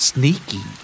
Sneaky